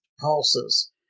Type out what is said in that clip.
pulses